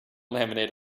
laminate